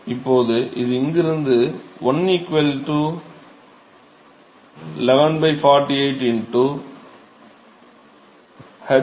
இப்போது இங்கிருந்து 1 11 48 hD k